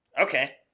Okay